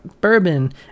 bourbon